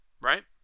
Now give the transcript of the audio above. right